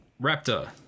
Raptor